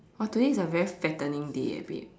oh today is a very fattening day eh babe